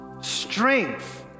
strength